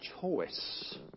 choice